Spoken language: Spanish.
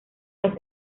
los